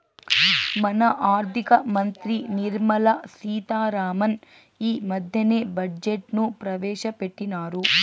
మన ఆర్థిక మంత్రి నిర్మలా సీతా రామన్ ఈ మద్దెనే బడ్జెట్ ను ప్రవేశపెట్టిన్నారు